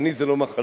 עני זה לא מחלה,